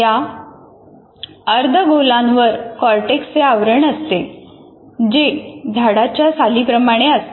या अर्धगोला वर कॉर्टेक्सचे आवरण असते जे झाडाच्या साली प्रमाणे असते